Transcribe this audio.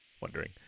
wondering